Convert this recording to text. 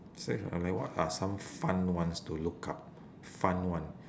say I mean what are some fun ones to look up fun one